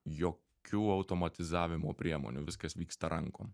jokių automatizavimo priemonių viskas vyksta rankom